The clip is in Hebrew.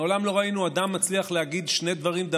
מעולם לא ראינו אדם מצליח להגיד שני דברים,